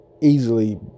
easily